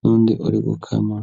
n'undi uri gukama.